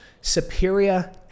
superior